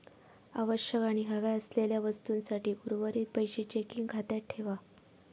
आवश्यक आणि हव्या असलेल्या वस्तूंसाठी उर्वरीत पैशे चेकिंग खात्यात ठेवा